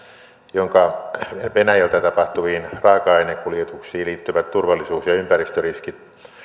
jonka venäjältä tapahtuviin raaka ainekuljetuksiin liittyvät turvallisuus ja ympäristöriskit